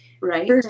Right